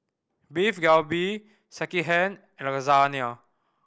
Beef Galbi Sekihan and Lasagna